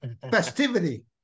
festivity